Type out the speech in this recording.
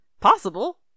possible